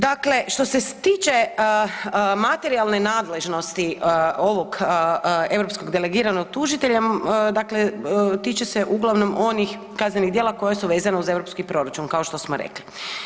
Dakle, što se tiče materijalne nadležnosti ovog europskog javnog tužitelja, dakle tiče uglavnom onih kaznenih djela koja su vezana uz europski proračun kao što smo rekli.